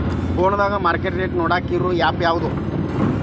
ಫೋನದಾಗ market rate ನೋಡಾಕ್ ಇರು ಆ್ಯಪ್ ಯಾವದು?